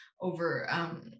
over